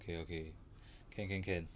okay okay can can can